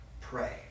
pray